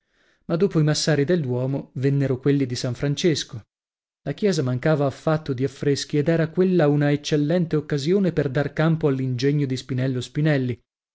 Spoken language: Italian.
ma dopo i massari del duomo vennero quelli di san francesco la chiesa mancava affatto di affreschi ed era quella una eccellente occasione per dar campo all'ingegno di spinello spinelli